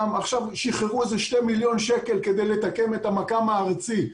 שחררו שני מיליון שקלים כדי לתקן את המכ"ם הארצי,